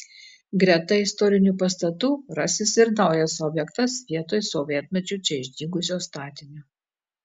greta istorinių pastatų rasis ir naujas objektas vietoj sovietmečiu čia išdygusio statinio